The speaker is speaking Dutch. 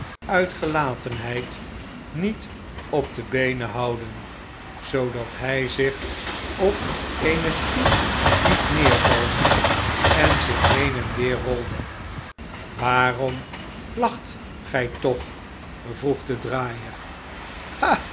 uitgelatenheid niet op de beenen houden zoodat hij zich op eene stoep liet neervallen en zich heen en weer rolde waarom lacht gij toch vroeg de draaier